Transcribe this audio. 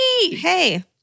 Hey